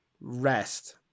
rest